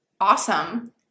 awesome